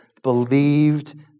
believed